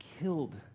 killed